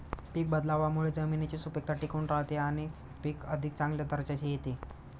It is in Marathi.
पीक बदलावामुळे जमिनीची सुपीकता टिकून राहते आणि पीक अधिक चांगल्या दर्जाचे येते